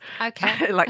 Okay